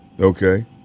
Okay